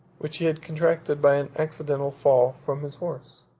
which he had contracted by an accidental fall from his horse.